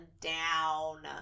down